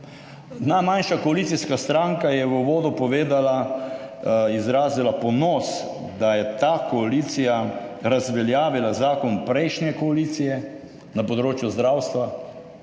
Najmanjša koalicijska stranka je v uvodu povedala, izrazila ponos, da je ta koalicija razveljavila zakon prejšnje koalicije na področju zdravstva.